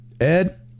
Ed